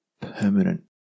permanent